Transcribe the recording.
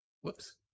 Whoops